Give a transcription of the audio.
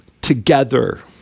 together